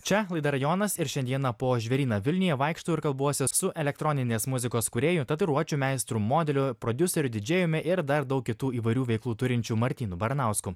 čia laida rajonas ir šiandieną po žvėryną vilniuje vaikštau ir kalbuosi su elektroninės muzikos kūrėju tatuiruočių meistru modeliu prodiuseriu didžėjumi ir dar daug kitų įvairių veiklų turinčiu martynu baranausku